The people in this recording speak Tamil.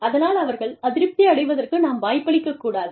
அதனால் அவர்கள் அதிருப்தி அடைவதற்கு நாம் வாய்ப்பளிக்க கூடாது